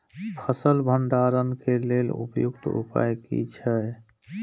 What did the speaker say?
फसल भंडारण के लेल उपयुक्त उपाय कि छै?